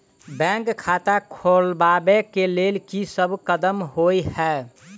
Bank खाता खोलबाबै केँ लेल की सब कदम होइ हय?